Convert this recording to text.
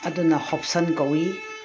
ꯑꯗꯨꯅ ꯍꯣꯞꯁꯟ ꯀꯧꯋꯤ